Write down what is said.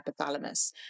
hypothalamus